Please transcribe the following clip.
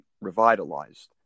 revitalized